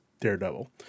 Daredevil